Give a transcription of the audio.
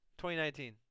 2019